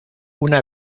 una